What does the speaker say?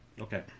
Okay